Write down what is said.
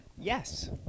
Yes